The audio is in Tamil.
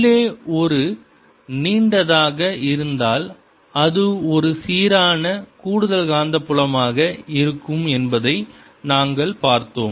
உள்ளே ஒரு நீண்டதாக இருந்தால் அது ஒரு சீரான கூடுதல் காந்தப்புலமாக இருக்கும் என்பதை நாங்கள் பார்த்தோம்